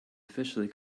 officially